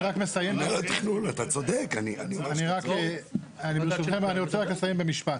אני רוצה לסיים במשפט.